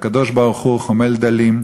והקדוש-ברוך-הוא חומל דלים,